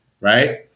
Right